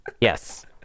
yes